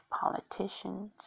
politicians